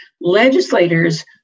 legislators